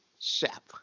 Shap